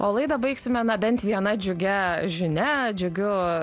o laidą baigsime na bent viena džiugia žinia džiugiu